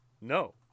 No